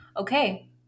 okay